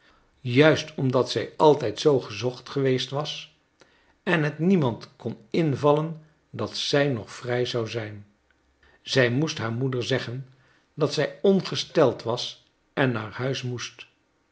juist omdat zij altijd zoo gezocht geweest was en het niemand kon invallen dat zij nog vrij zou zijn zij moest haar moeder zeggen dat zij ongesteld was en naar huis moest